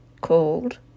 called